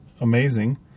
amazing